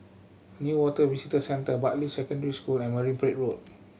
Newater Visitor Centre Bartley Secondary School and Marine Parade Road